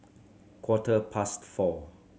quarter past four